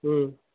ம்